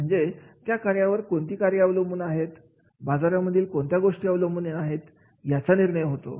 म्हणजे त्या कार्यावर कोणती कार्य अवलंबून आहेत बाजारांमधील कोणत्या गोष्टी अवलंबून याचा निर्णय होतो